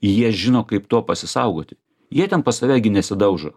jie žino kaip to pasisaugoti jie ten pas save gi nesidaužo